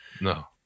No